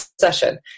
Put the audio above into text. session